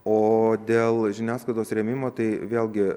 o dėl žiniasklaidos rėmimo tai vėlgi